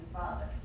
father